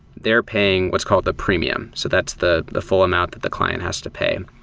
they're paying what's called the premium. so that's the the full amount that the client has to pay.